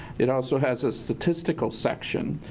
it also has a statistical section.